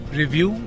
review